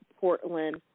Portland